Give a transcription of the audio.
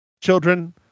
Children